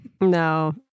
No